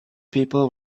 people